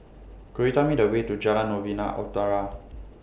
Could YOU Tell Me The Way to Jalan Novena Utara